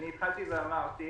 התחלתי ואמרתי